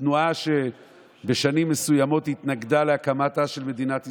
תנועה שבשנים מסוימות התנגדה להקמתה של מדינת ישראל,